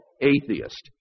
atheist